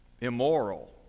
immoral